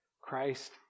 Christ